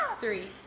Three